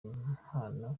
impano